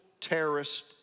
terrorist